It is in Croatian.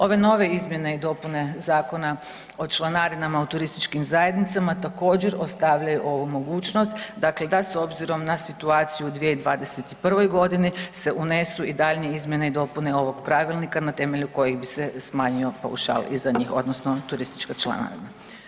Ove nove izmjene i dopune Zakona o članarinama u turističkim zajednicama također ostavljaju ovu mogućnost da s obzirom na situaciju u 2021. godini se unesu i daljnje izmjene i dopune ovog pravilnika na temelju kojih bi se smanjio paušal i za njih odnosno turistička članarina.